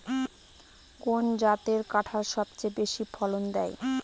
কোন জাতের কাঁঠাল সবচেয়ে বেশি ফলন দেয়?